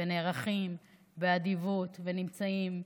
נערכים באדיבות ונמצאים,